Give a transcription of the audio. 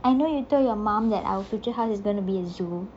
I know you tell your mum that our future house is gonna be a zoo